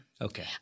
Okay